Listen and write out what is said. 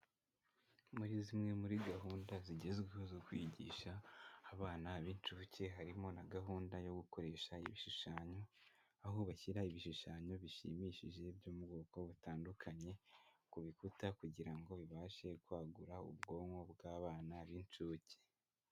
Muri zimwe muri gahunda zigezweho zo kwigisha abana b'incuke, harimo na gahunda yo gukoresha ibishushanyo, aho bashyira ibishushanyo bishimishije byo mu bwoko butandukanye ku bikuta kugira ngo ibashe kwagura ubwonko bw'abana b'incuke.